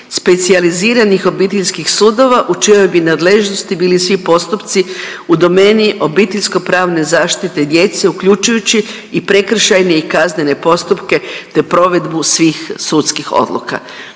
specijaliziranih obiteljskih sudova u čijoj bi nadležnosti bili svi postupci u domeni obiteljsko pravne zaštite djece uključujući i prekršajne i kaznene postupke te provedbu svih sudskih odluka.